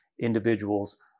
individuals